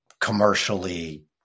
commercially